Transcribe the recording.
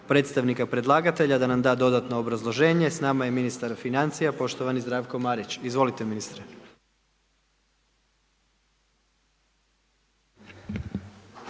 predstavnika predlagatelja da nam da dodatno obrazloženje. S nama je ministar financija, poštovani Zdravko Marić, izvolite ministre.